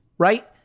Right